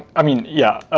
i mean, yeah,